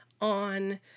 on